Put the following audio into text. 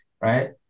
right